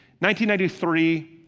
1993